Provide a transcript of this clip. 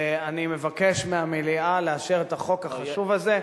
ואני מבקש מהמליאה לאשר את החוק החשוב הזה.